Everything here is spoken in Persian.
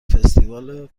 فستیوال